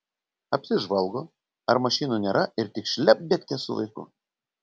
apsižvalgo ar mašinų nėra ir tik šlept bėgte su vaiku